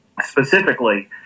Specifically